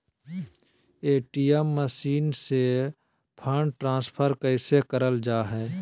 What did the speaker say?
ATM machine से fund transfer कैसे करल जा है?